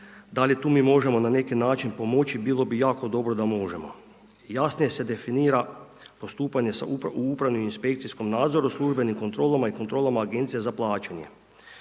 da li tu mi možemo na neki način pomoći, bilo bi jako dobro da možemo. Jasnije se definira postupanje sa upravnom inspekcijskom nadzoru, službenim kontrolama i kontrolama agencija za plaćanje.